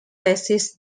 thesis